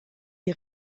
die